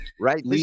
right